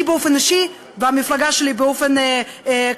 אני באופן אישי והמפלגה שלי באופן כללי